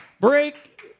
Break